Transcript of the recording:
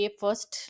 first